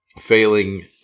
Failing